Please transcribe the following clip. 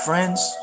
friends